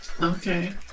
Okay